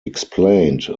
explained